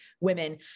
women